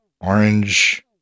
orange